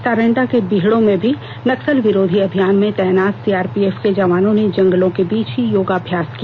सारंडा के बीहड़ों में भी नक्सल विरोधी अभियान में तैनात सीआरपीएफ के जवानों ने जंगलों के बीच ही योगाभ्यास किया